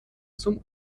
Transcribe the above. zum